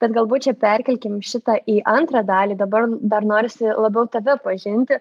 tad galbūt čia perkelkim šitą į antrą dalį dabar dar norisi labiau tave pažinti